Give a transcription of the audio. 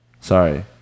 Sorry